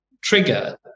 trigger